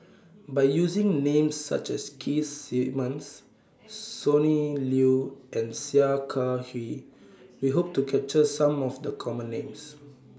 By using Names such as Keith Simmons Sonny Liew and Sia Kah Hui We Hope to capture Some of The Common Names